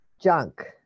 junk